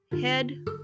head